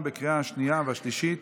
בעד, 15, אין מתנגדים.